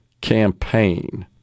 campaign